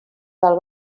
del